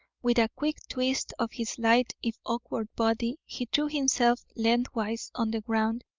with a quick twist of his lithe, if awkward, body, he threw himself lengthwise on the ground,